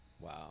Wow